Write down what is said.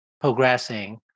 progressing